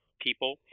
people